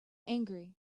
angry